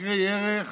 יקרי ערך